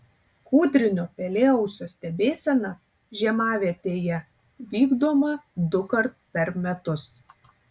kūdrinio pelėausio stebėsena žiemavietėje vykdoma dukart per metus